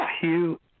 Hugh